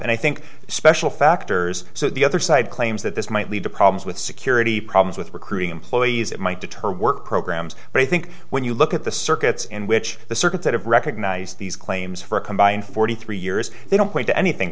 and i think special factors so the other side claims that this might lead to problems with security problems with recruiting employees it might deter work programs but i think when you look at the circuits in which the circuits that have recognized these claims for a combined forty three years they don't point to anything